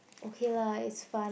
okay lah it's fun